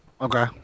Okay